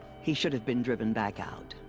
he should have been driven back out.